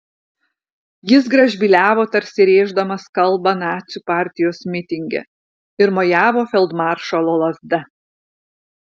jis gražbyliavo tarsi rėždamas kalbą nacių partijos mitinge ir mojavo feldmaršalo lazda